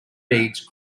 beads